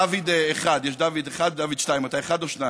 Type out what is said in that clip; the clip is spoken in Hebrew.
דוד 1. יש דוד 1 ודוד 2. אתה 1 או 2?